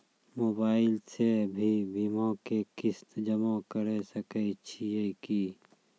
Mobile से भी बीमा के किस्त जमा करै सकैय छियै कि?